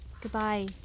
Goodbye